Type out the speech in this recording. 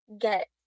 get